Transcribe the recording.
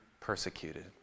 persecuted